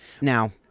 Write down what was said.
Now